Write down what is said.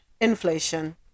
inflation